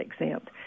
exempt